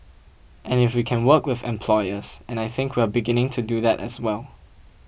and if we can work with employers and I think we're beginning to do that as well